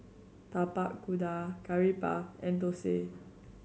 Tapak Kuda Curry Puff and thosai